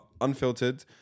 unfiltered